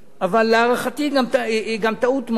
אבל להערכתי היא גם טעות מהותית.